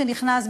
שנכנס,